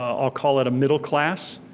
ah i'll call it a middle class,